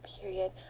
period